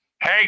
Hey